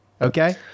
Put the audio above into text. Okay